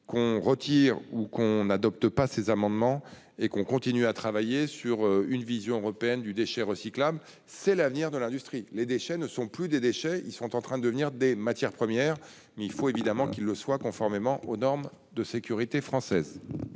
soient retirés ou qu'ils ne soient pas adoptés. Nous allons continuer à travailler sur une vision européenne du déchet recyclable, car c'est l'avenir de l'industrie. Les déchets ne sont plus des déchets : ils sont en train de devenir des matières premières, mais il faut qu'ils le soient conformément aux normes de sécurité françaises.